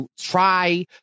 try